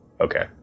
Okay